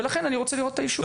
ולכן אני רוצה לראות את האישור.